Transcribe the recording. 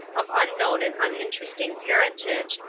of unknown and uninteresting parentage,